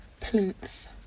Plinth